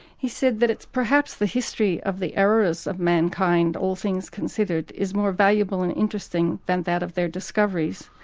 he said that, it's perhaps the history of the errors of mankind, all things considered, is more valuable and interesting than that of their discoveries.